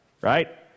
right